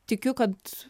tikiu kad